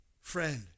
friend